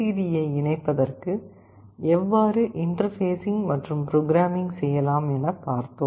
D யை இணைப்பதற்கு எவ்வாறு இன்டர்பேஸிங் மற்றும் ப்ரோக்ராமிங் செய்யலாம் என பார்த்தோம்